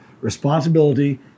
responsibility